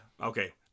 Okay